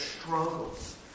struggles